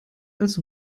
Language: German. als